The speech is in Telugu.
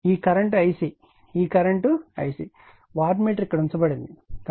ఈ కరెంట్ Ic ఈ కరెంట్ Ic వాట్ మీటర్ ఇక్కడ ఉంచబడింది